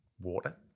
water